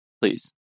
Please